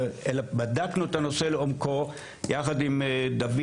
אלא בדקנו את הנושא לעומקו יחד עם דוד